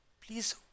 please